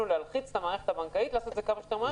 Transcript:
להלחיץ את המערכת הבנקים לעשות את זה כמה שיותר מהר.